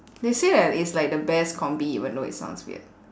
they say that it's like the best combi even though it sounds weird